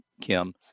Kim